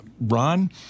Ron